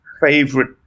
favorite